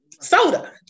Soda